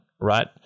right